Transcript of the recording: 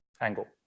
angle